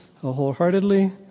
wholeheartedly